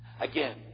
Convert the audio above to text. Again